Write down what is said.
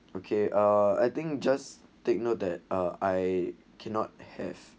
okay uh I think just take note that ah I cannot have